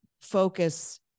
focus